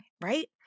right